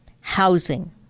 housing